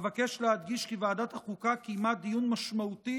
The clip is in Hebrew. אבקש להדגיש כי ועדת החוקה קיימה דיון משמעותי